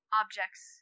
objects